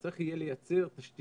צריך יהיה לייצר תשתיות